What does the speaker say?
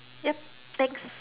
ya thanks